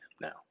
now